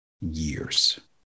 years